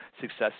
success